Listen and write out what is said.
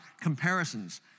comparisons